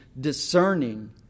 discerning